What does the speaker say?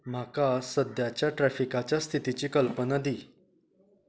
म्हाका सद्याच्या ट्रेफिकाच्या स्थितीची कल्पना दी